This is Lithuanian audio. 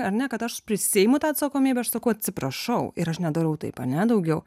ar ne kad aš prisiimu tą atsakomybę aš sakau atsiprašau ir aš nedarau taip ar ne daugiau